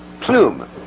plume